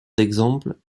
d’exemple